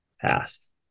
passed